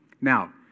Now